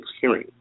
hearing